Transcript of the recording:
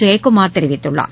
ஜெயக்குமார் தெரிவித்துள்ளார்